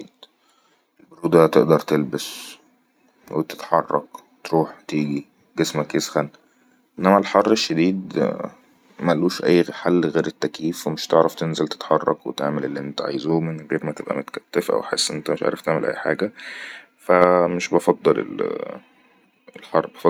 البرودة تئدر تلبس وتتحرك تروح تيجي جسمك يسخن أنما الحر الشديد ملوش اي حل غير التكييف ومش تعرف تنزل تتحرك وتعمل اللنت عايزو من غير ما تبئا متكتف وتحس ان انت مش ئادر تعمل ولا اي حاجه فامش بفضل الللء حر